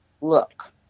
Look